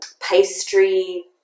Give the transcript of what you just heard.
pastry